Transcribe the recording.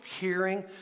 hearing